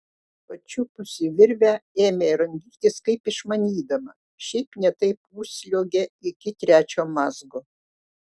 pačiupusi virvę ėmė rangytis kaip išmanydama šiaip ne taip užsliuogė iki trečio mazgo